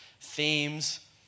themes